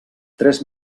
tres